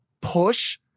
push